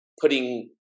putting